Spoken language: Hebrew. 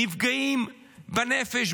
נפגעים בנפש,